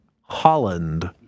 Holland